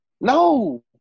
No